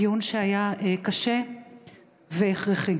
דיון שהיה קשה והכרחי.